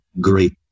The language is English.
great